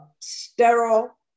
sterile